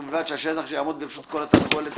ובלבד שהשטח שיעמוד לרשות כל תרנגולת